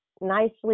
nicely